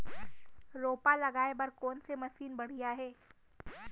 रोपा लगाए बर कोन से मशीन बढ़िया हे?